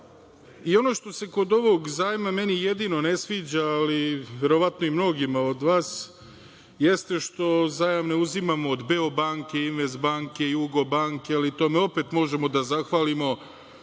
Ono što se kod ovog zajma meni jedino ne sviđa, ali verovatno i mnogima od vas jeste što zajam ne uzimamo od Beobanke, Investbanke, Jugobanke, ali tome opet možemo da zahvalimo